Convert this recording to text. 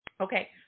Okay